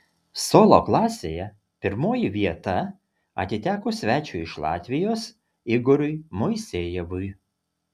solo klasėje pirmoji vieta atiteko svečiui iš latvijos igoriui moisejevui